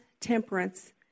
temperance